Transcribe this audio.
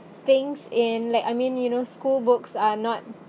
things in like I mean you know schoolbooks are not